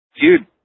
dude